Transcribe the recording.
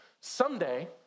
Someday